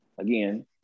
again